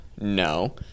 no